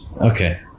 Okay